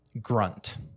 Grunt